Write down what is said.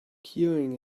queuing